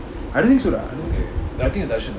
I don't think so lah I don't think